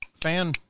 fan